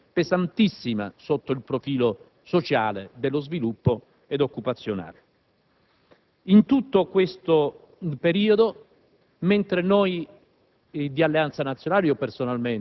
si trova a vivere una stagione pesantissima sotto il profilo sociale, dello sviluppo e occupazionale. In tutto questo periodo, mentre il